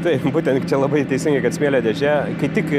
taip būtent čia labai teisingai kad smėlio dėžė kai tik